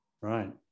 right